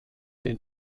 den